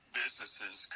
businesses